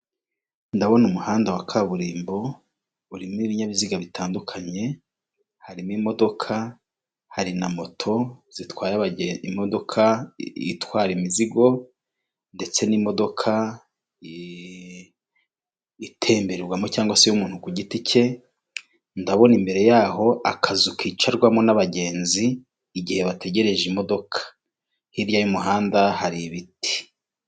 Ndabona umuhanda wa kaburimbo urimo ibinyabiziga bitandukanye harimo imodoka hari na moto zitwaye abagenzi imodoka itwara imizigo ndetse n'imodoka itemberwamo cyangwa se y'umuntu ku giti cye, ndabona imbere yaho akazu kicarwamo n'abagenzi, igihe bategereje imodoka hirya y'umuhanda hari ibiti.